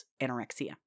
anorexia